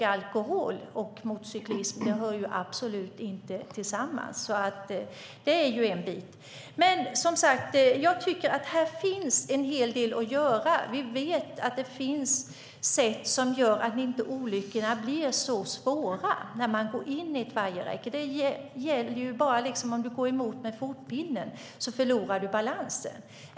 Alkohol och motorcyklism hör absolut inte ihop. Det är en del i detta. Här finns en hel del att göra. Vi vet att det finns sätt som gör att det inte blir så svåra olyckor om man går in i ett vajerräcke. Det är bara om man går emot med fotpinnen som man förlorar balansen.